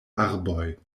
arboj